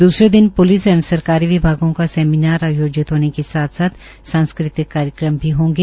द्रसरे दिन प्लिस एवं सरकारी विभागों का सेमिनार आयोजित होने के साथ साथ सांस्कृतिक कार्यक्रम भी होंगे